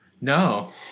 No